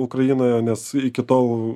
ukrainoje nes iki tol